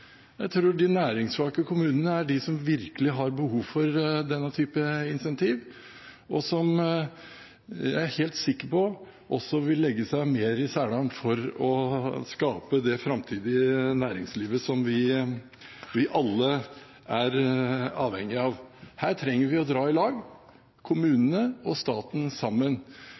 Jeg tror de næringssvake kommunene er de som virkelig har behov for denne typen incentiver, og som jeg er helt sikker på også vil legge seg mer i selen for å skape det framtidige næringslivet som vi alle er avhengige av. Her trenger vi å dra i lag,